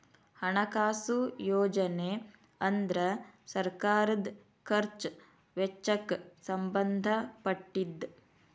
ಹಣಕಾಸು ಯೋಜನೆ ಅಂದ್ರ ಸರ್ಕಾರದ್ ಖರ್ಚ್ ವೆಚ್ಚಕ್ಕ್ ಸಂಬಂಧ ಪಟ್ಟಿದ್ದ